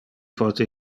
pote